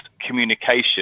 communication